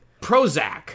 Prozac